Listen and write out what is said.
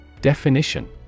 Definition